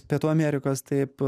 pietų amerikos taip